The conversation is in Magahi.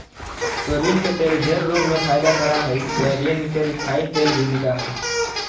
सोयाबीन के तेल ढेर रोग में फायदा करा हइ सोयाबीन के रिफाइन तेल भी बिका हइ